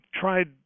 tried